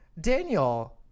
Daniel